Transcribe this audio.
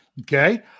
Okay